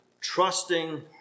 trusting